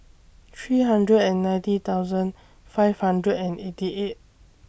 three hundred and ninety thousand five hundred and eighty eight